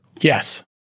Yes